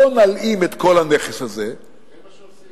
בוא נלאים את כל הנכס הזה, זה מה שעושים.